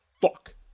fuck